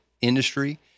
industry